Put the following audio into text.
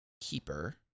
Keeper